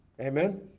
Amen